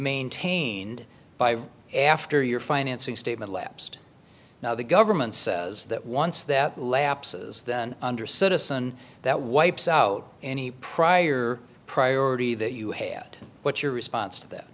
maintained by after your financing statement lapsed now the government says that once that lapses then under citizen that wipes out any prior priority that you had what's your response to that